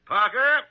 Parker